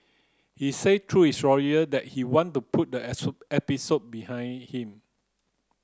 he said through his lawyer that he want to put the episode behind him